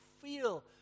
feel